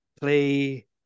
play